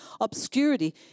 obscurity